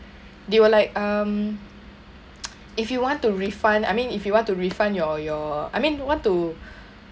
they were like um if you want to refund I mean if you want to refund your your I mean want to